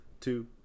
two